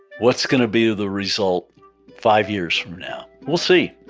what's going to be the result five years from now? we'll see.